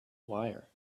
wire